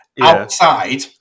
outside